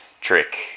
trick